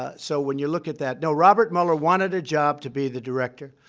ah so when you look at that no, robert mueller wanted a job to be the director,